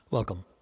Welcome